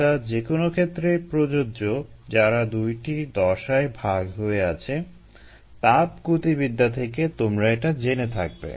এটা যেকোনো ক্ষেত্রেই প্রযোজ্য যারা দুইটি দশায় ভাগ হয়ে আছে তাপগতিবিদ্যা থেকে তোমরা এটা জেনে থাকবে